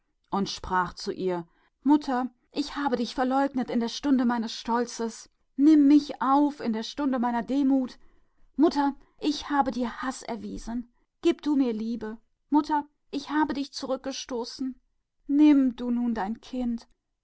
und es sprach zu ihr mutter ich verleugnete dich in der stunde meines stolzes nimm mich auf in der stunde meiner niedrigkeit mutter ich gab dir haß gib du mir liebe mutter ich stieß dich zurück nimm jetzt dein kind